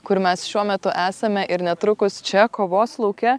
kur mes šiuo metu esame ir netrukus čia kovos lauke